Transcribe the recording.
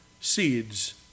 seeds